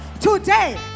today